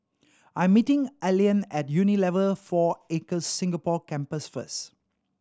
I am meeting Allean at Unilever Four Acres Singapore Campus first